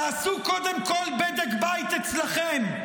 תעשו קודם כול בדק בית אצלכם,